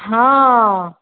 હં